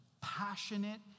passionate